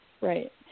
Right